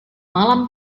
malam